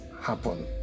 happen